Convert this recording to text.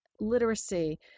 literacy